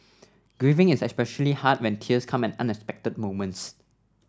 grieving is especially hard when tears come at unexpected moments